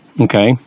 Okay